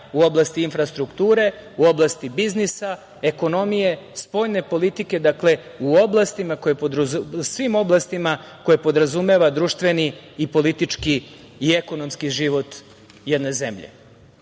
u oblasti infrastrukture, u oblasti biznisa, ekonomije, spoljne politike. Dakle, u oblastima koje podrazumevaju društveni i politički i ekonomski život jedne zemlje. Ono